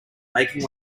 making